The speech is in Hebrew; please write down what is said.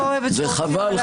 אני לא אוהבת שעושים עליי סיבוב.